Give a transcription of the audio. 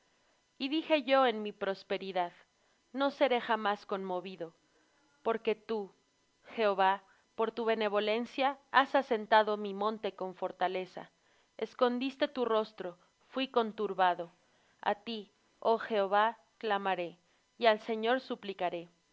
y dije yo en mi prosperidad no seré jamás conmovido porque tú jehová por tu benevolencia has asentado mi monte con fortaleza escondiste tu rostro fuí